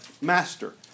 master